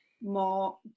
more